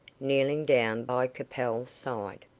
kneeling down by capel's side.